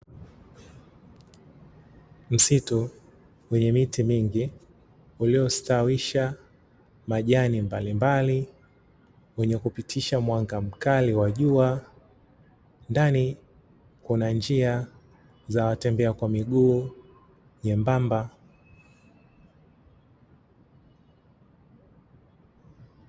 Msitu wenye miti mingi uliostawisha majani mbalimbali, wenye kupitisha mwanga mkali wa jua ndani kuna njia za watembea kwa miguu nyembamba.